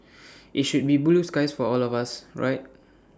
IT should be blue skies for all of us right